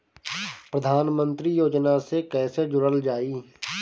प्रधानमंत्री योजना से कैसे जुड़ल जाइ?